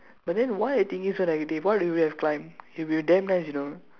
but then why the thing is so that we K why would we have climb it will be damn nice you know